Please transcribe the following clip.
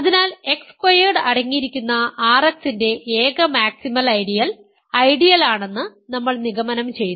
അതിനാൽ X squared അടങ്ങിയിരിക്കുന്ന RX ന്റെ ഏക മാക്സിമൽ ഐഡിയൽ ഐഡിയലാണെന്ന് നമ്മൾ നിഗമനം ചെയ്തു